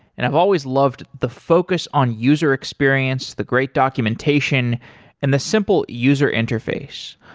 and i've always loved the focus on user experience, the great documentation and the simple user interface.